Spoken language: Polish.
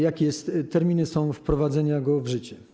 Jakie są terminy wprowadzenia go w życie?